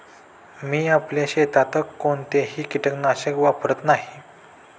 मी आपल्या शेतात कोणतेही कीटकनाशक वापरत नाही